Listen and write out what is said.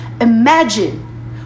imagine